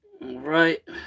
Right